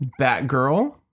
Batgirl